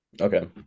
Okay